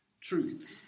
Truth